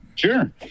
Sure